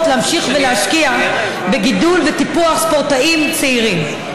להמשיך ולהשקיע בגידול ובטיפוח של ספורטאים צעירים.